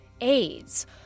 AIDS